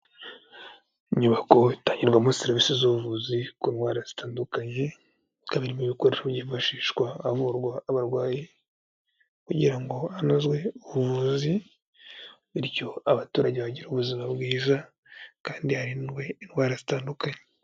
Inyubako itangirwamo serivisi z'ubuvuzi ku ndwara zitandukanye, ikaba irimo ibikoresho byifashishwa havurwa abarwayi kugira ngo hanozwe ubuvuzi, bityo abaturage bagire ubuzima bwiza kandi harindwe indwara zitandukanye.